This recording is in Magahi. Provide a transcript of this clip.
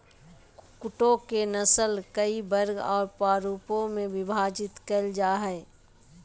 कुक्कुटों के नस्ल कई वर्ग और प्ररूपों में विभाजित कैल जा हइ